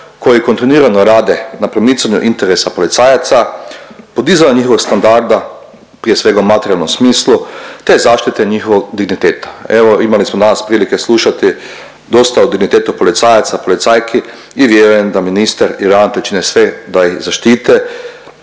koji kontinuirano rade na promicanju interesa policajaca, podizanju njihovog standarda, prije svega u materijalnom smislu te zaštite njihovog digniteta. Evo, imali smo danas prilike slušati dosta o dignitetu policajaca, policajki i vjerujem da ministar i ravnatelj čine sve da ih zaštite,